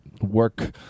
work